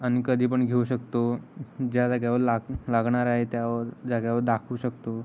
आणि कधी पण घेऊ शकतो ज्या जाग्यावर लाग लागणार आहे त्यावर जाग्यावर दाखवू शकतो